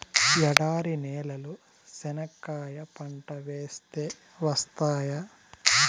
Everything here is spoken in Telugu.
ఎడారి నేలలో చెనక్కాయ పంట వేస్తే వస్తాయా?